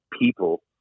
people